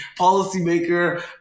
policymaker